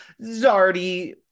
zardy